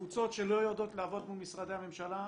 קבוצות שלא יודעות לעבוד מול משרדי הממשלה,